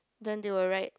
then they will write